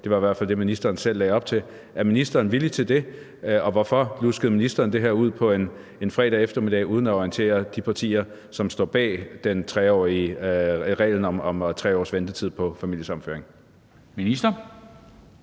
Det var i hvert fald det, ministeren selv lagde op til. Er ministeren villig til det, og hvorfor luskede ministeren det her ud på en fredag eftermiddag uden at orientere de partier, som står bag reglen om 3 års ventetid på familiesammenføring?